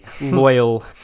loyal